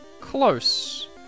close